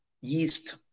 yeast